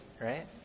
right